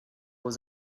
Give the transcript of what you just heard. was